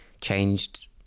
changed